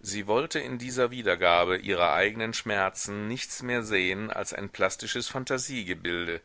sie wollte in dieser wiedergabe ihrer eigenen schmerzen nichts mehr sehen als ein plastisches phantasiegebilde